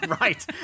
right